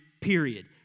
period